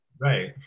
Right